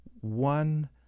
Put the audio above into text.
one